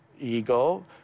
ego